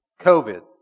COVID